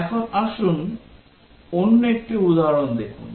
এখন আসুন অন্য একটি উদাহরণ দেখুন